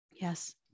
Yes